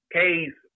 case